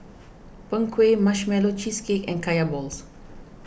Png Kueh Marshmallow Cheesecake and Kaya Balls